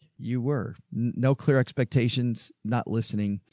you were no clear expectations, not listening.